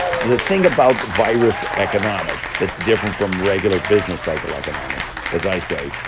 the thing about the virus economics that's different from regular business cycle economics, as i say,